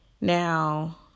now